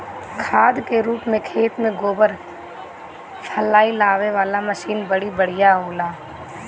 खाद के रूप में खेत में गोबर फइलावे वाला मशीन बड़ी बढ़िया होला